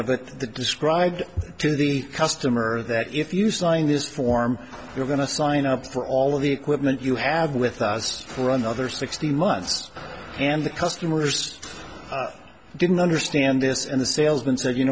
of the described to the customer that if you sign this form you are going to sign up for all of the equipment you have with us for another sixteen months and the customers didn't understand this and the salesman said you